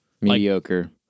Mediocre